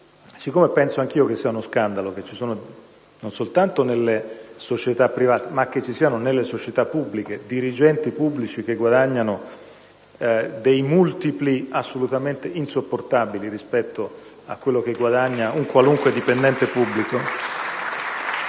Siccome penso anche io che sia uno scandalo, che ci siano, non soltanto nelle società private ma nelle società pubbliche dirigenti che guadagnano multipli assolutamente insopportabili rispetto a quello che guadagna un qualunque dipendente pubblico...